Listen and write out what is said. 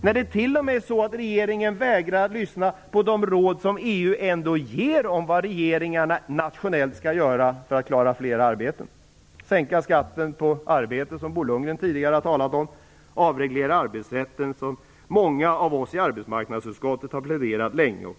Det är t.o.m. så att regeringen vägrar att lyssna till de råd som EU ändå ger om vad regeringarna nationellt skall göra för att klara fler arbeten - dvs. sänka skatten på arbete, som Bo Lundgren tidigare talat om, och avreglera arbetsrätten, något som många av oss i arbetsmarknadsutskottet länge och ivrigt har pläderat för.